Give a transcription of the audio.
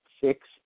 six